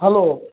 hello